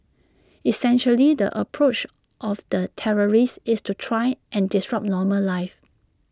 essentially the approach of the terrorists is to try and disrupt normal life